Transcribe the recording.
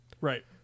Right